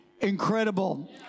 incredible